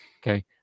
Okay